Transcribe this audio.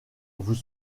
vous